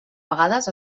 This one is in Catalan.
vegades